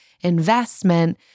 investment